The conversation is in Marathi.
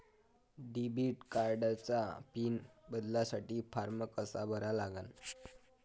डेबिट कार्डचा पिन बदलासाठी फारम कसा भरा लागन?